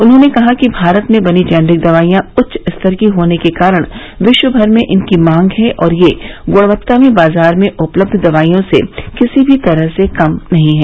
उन्होंने कहा कि भारत में बनी जेनरिक दवाइयां उच्चस्तर की होने के कारण विश्वभर में इनकी मांग है और ये गुणवत्ता में बाजार में उपलब्ध दवाइयों से किसी भी तरह से कम नहीं हैं